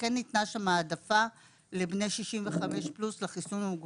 וכן ניתנה שם העדפה לחיסון המוגבר,